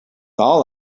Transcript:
all